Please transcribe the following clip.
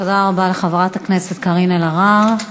תודה רבה לחברת הכנסת קארין אלהרר.